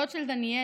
דוד של דניאל